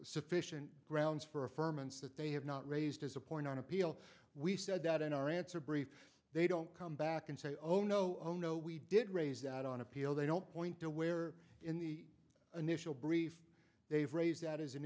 sufficient grounds for a firm and that they have not raised as a point on appeal we said that in our answer brief they don't come back and say oh no oh no we did raise that on appeal they don't point to where in the initial brief they've raised that is an